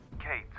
Kate